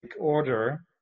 order